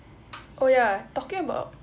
oh ya talking about